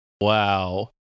wow